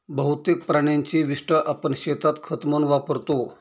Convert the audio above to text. बहुतेक प्राण्यांची विस्टा आपण शेतात खत म्हणून वापरतो